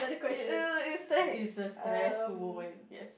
eh that is a stressful moment I guess